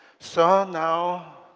so now,